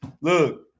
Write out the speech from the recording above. look